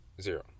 Zero